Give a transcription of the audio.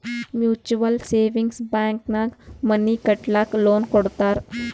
mutual savings bank ನಾಗ್ money ಕಟ್ಟಲಕ್ಕ್ loan ಕೊಡ್ತಾರ್